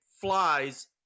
flies